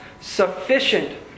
sufficient